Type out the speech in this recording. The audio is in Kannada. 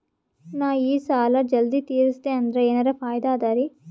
ನಾ ಈ ಸಾಲಾ ಜಲ್ದಿ ತಿರಸ್ದೆ ಅಂದ್ರ ಎನರ ಫಾಯಿದಾ ಅದರಿ?